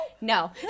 no